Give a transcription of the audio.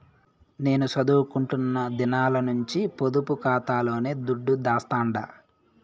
నేను సదువుకుంటున్న దినాల నుంచి పొదుపు కాతాలోనే దుడ్డు దాస్తండా